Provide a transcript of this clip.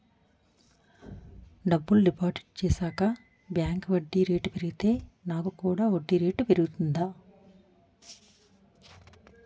డబ్బులు డిపాజిట్ చేశాక బ్యాంక్ వడ్డీ రేటు పెరిగితే నాకు కూడా వడ్డీ రేటు పెరుగుతుందా?